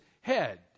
head